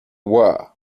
were